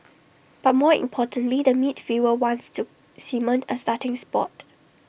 but more importantly the midfielder wants to cement A starting spot